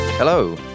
Hello